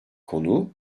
konuğu